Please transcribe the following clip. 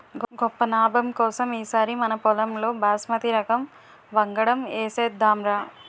గొప్ప నాబం కోసం ఈ సారి మనపొలంలో బాస్మతి రకం వంగడం ఏసేద్దాంరా